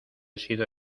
sido